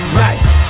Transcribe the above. nice